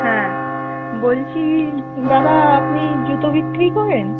হ্যাঁ বলছি দাদা আপনি জুতো বিক্রি করেন